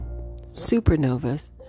supernovas